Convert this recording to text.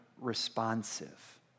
responsive